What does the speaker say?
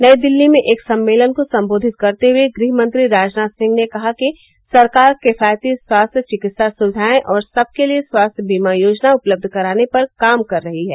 नई दिल्ली में एक सम्मेलन को संबोधित करते हुए गृहमंत्री राजनाथ सिंह ने कहा कि सरकार किफायती स्वास्थ्य चिकित्सा सुविधाएं और सबके लिए स्वास्थ्य बीमा योजना उपलब्ध कराने पर काम कर रही है